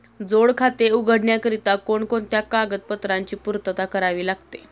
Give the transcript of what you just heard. जोड खाते उघडण्याकरिता कोणकोणत्या कागदपत्रांची पूर्तता करावी लागते?